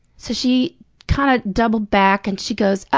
so she kinda doubled back and she goes, ah